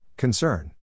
Concern